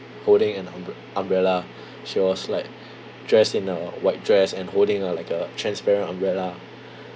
holding an umbr~ umbrella she was like dressed in a white dress and holding a like a transparent umbrella